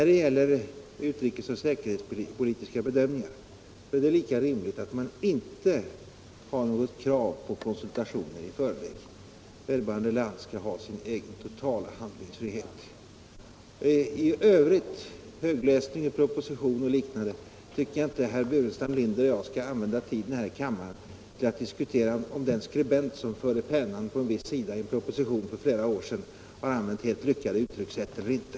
När det gäller utrikes och säkerhetspolitiska bedömningar 83 är det lika rimligt att man inte ställer något krav på konsultationer i förväg — vederbörande land skall då ha sin egen totala handlingsfrihet. I övrigt —- om högläsning ur propositionen och liknande saker — tycker jag inte att herr Burenstam Linder och jag skall använda tiden i kammaren till att diskutera, om den skribent som förde pennan på en viss sida i en proposition som skrevs för flera år sedan har använt helt lyckade uttryckssätt eller inte.